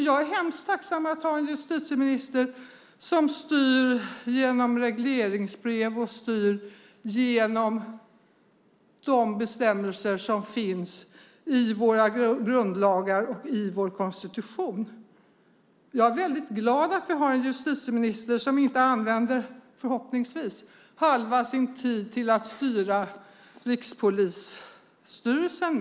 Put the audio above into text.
Jag är hemskt tacksam över att ha en justitieminister som styr genom regleringsbrev och genom de bestämmelser som finns i våra grundlagar och i vår konstitution. Jag är väldigt glad att vi har en justitieminister som - förhoppningsvis - inte använder halva sin tid till att styra Rikspolisstyrelsen.